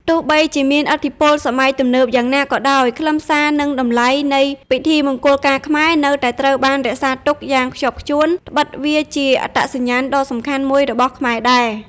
ទោះបីជាមានឥទ្ធិពលសម័យទំនើបយ៉ាងណាក៏ដោយ ខ្លឹមសារ និងតម្លៃនៃពិធីមង្គលការខ្មែរនៅតែត្រូវបានរក្សាទុកយ៉ាងខ្ជាប់ខ្ជួន ដ្បិតវាជាអត្តសញ្ញាណដ៏សំខាន់មួយរបស់ខ្មែរដែរ ។